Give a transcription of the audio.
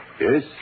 Yes